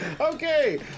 Okay